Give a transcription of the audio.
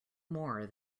more